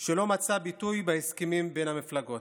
שלא מצא ביטוי בין המפלגות.